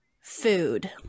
food